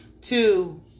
Two